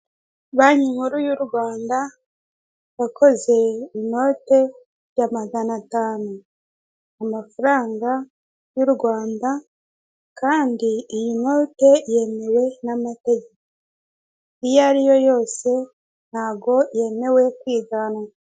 Banki nkuru y'u Rwanda yakoze inote ya magana atanu amafaranga y'u Rwanda kandi iyi note yemewe n'amategeko. Iyo ariyo yose ntago yemewe kwiganwa.